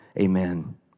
amen